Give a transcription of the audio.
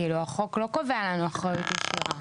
כאילו החוק לא קובע לנו אחריות ישירה.